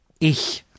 Ich